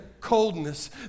coldness